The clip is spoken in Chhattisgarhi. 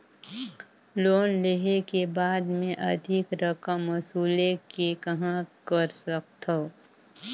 लोन लेहे के बाद मे अधिक रकम वसूले के कहां कर सकथव?